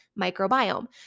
microbiome